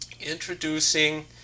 introducing